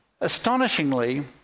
astonishingly